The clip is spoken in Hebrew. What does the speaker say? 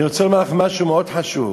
אני רוצה לומר לך משהו מאוד חשוב.